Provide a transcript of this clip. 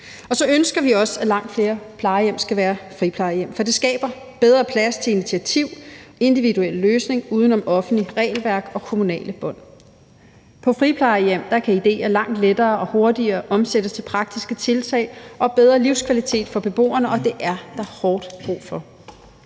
Så ønsker vi også, at langt flere plejehjem skal være friplejehjem, for det skaber bedre plads til initiativ og individuelle løsninger uden om offentlige regelværk og kommunale bånd. På friplejehjem kan idéer langt lettere og hurtigere omsættes til praktiske tiltag og bedre livskvalitet for beboerne, og det er der hårdt brug for.